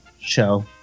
show